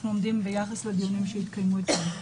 עומדים ביחס לדיונים שהתקיימו אתמול.